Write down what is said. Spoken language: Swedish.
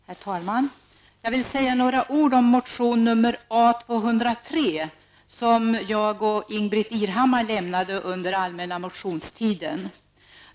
Herr talman! Jag vill säga några ord om motion nr A203, som jag och Ingbritt Ihrhammar väckte under allmänna motionstiden.